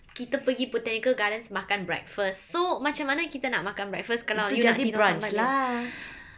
kita pergi botanical gardens makan breakfast so macam mana kita nak makan breakfast kalau nanti lambat lambat